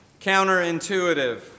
counterintuitive